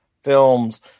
films